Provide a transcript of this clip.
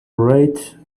rate